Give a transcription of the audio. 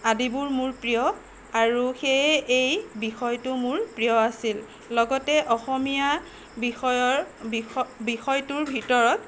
আদিবোৰ মোৰ প্ৰিয় আৰু সেয়ে এই বিষয়টো মোৰ প্ৰিয় আছিল লগতে অসমীয়া বিষয়ৰ বিষ বিষয়টোৰ ভিতৰত